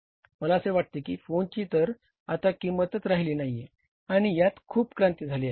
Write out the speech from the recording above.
मला असे वाटते की फोनची तर आता किंमतच राहिली नाहीये आणि यात खूप क्रांती झाली आहे